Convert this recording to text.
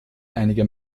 einige